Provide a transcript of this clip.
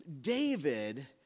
David